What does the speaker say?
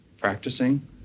practicing